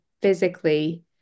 physically